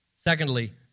Secondly